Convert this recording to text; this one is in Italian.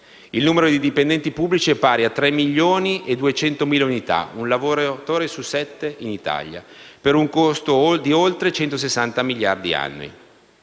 Il numero di dipendenti pubblici è pari a 3,2 milioni di unità (un lavoratore su sette in Italia), per un costo di oltre 160 miliardi annui.